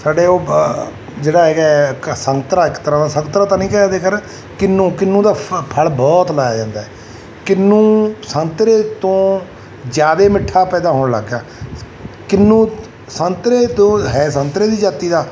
ਸਾਡੇ ਉਹ ਜਿਹੜਾ ਹੈਗਾ ਇੱਕ ਸੰਤਰਾ ਇੱਕ ਤਰ੍ਹਾਂ ਦਾ ਸੰਤਰਾ ਤਾਂ ਨਹੀਂ ਕਹਿੰਦੇ ਖੈਰ ਕਿੰਨੂ ਕਿੰਨੂ ਦਾ ਫ ਫਲ ਬਹੁਤ ਲਾਇਆ ਜਾਂਦਾ ਕਿੰਨੂ ਸੰਤਰੇ ਤੋਂ ਜ਼ਿਆਦਾ ਮਿੱਠਾ ਪੈਦਾ ਹੋਣ ਲੱਗ ਗਿਆ ਕਿੰਨੂ ਸੰਤਰੇ ਤੋਂ ਹੈ ਸੰਤਰੇ ਦੀ ਜਾਤੀ ਦਾ